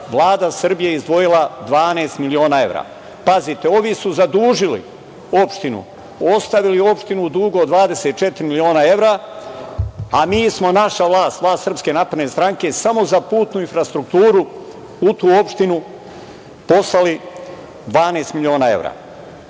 Vlada Srbije je izdvojila 12 miliona evra. Pazite, ovi su zadužili opštinu, ostavili opštinu u dugu od 24 miliona evra, a mi smo, naša vlast, vlast SNS, samo za putnu infrastrukturu u tu opštinu poslali 12 miliona evra. Pre